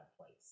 place